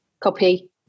Copy